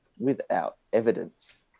without evidence